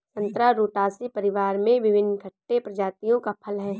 संतरा रुटासी परिवार में विभिन्न खट्टे प्रजातियों का फल है